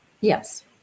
Yes